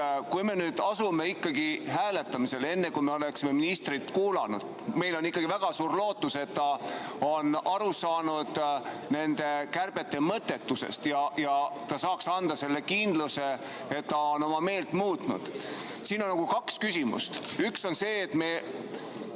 Me nüüd asume ikkagi hääletama enne, kui me oleme ministrit kuulanud, kuigi meil on ikkagi väga suur lootus, et ta on aru saanud nende kärbete mõttetusest ja ta saaks anda kindluse, et ta on oma meelt muutnud. Siin on kaks küsimust. Üks on see, et me